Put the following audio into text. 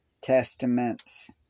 Testaments